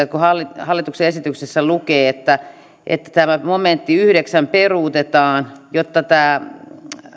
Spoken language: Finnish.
niin hallituksen esityksessä lukee että että tämä yhdeksäs momentti peruutetaan jotta tämä